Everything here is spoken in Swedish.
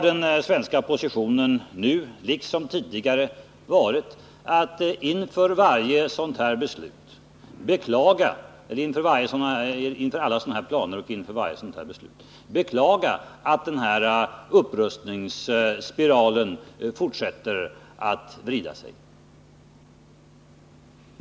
Den svenska positionen har nu liksom tidigare varit att inför alla sådana planer och inför varje beslut med anledning av sådana beklaga att upprustningsspiralen fortsätter att vrida sig.